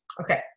okay